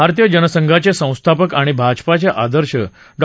भारतीय जनसंघाचे संस्थापक आणि भाजपाचे आदर्श डॉ